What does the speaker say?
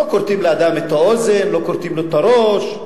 לא כורתים לאדם את האוזן, לא כורתים לו את הראש.